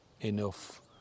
enough